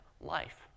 Life